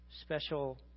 special